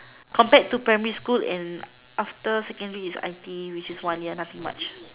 compared to primary school and after secondary is I_T_E which is one year nothing much